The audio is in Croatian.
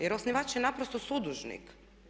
Jer osnivač je naprosto sudužnik.